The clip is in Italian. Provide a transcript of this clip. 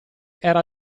era